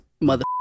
mother